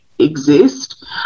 exist